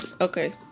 Okay